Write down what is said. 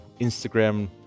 Instagram